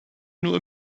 nur